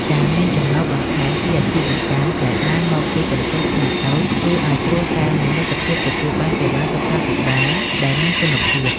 ការមានចំណូលបន្ថែមពីអាជីវកម្មដែលបានមកពីកម្ចីខ្នាតតូច ជួយឱ្យគ្រួសារមានលទ្ធភាពទទួលបានសេវាសុខាភិបាលដែលមានគុណភាព។